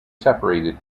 separated